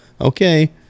okay